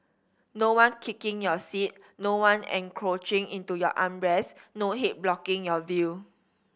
no one kicking your seat no one encroaching into your arm rest no head blocking your view